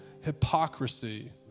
hypocrisy